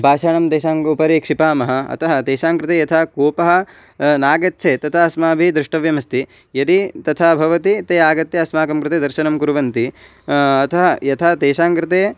पाषाणं तेषाम् उपरि क्षिपामः अतः तेषाङ्कृते यथा कोपः नागच्छेत् तथा अस्माभिः द्रष्टव्यमस्ति यदि तथा भवति ते आगत्य अस्माकं कृते दर्शनं कुर्वन्ति अतः यथा तेषाङ्कृते